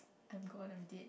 I'm gone I'm dead